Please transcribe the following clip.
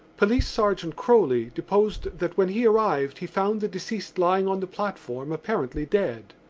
police sergeant croly deposed that when he arrived he found the deceased lying on the platform apparently dead.